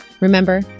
Remember